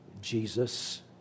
Jesus